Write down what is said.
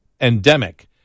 endemic